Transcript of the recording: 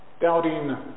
doubting